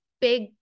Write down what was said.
big